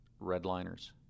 Redliners